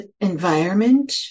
environment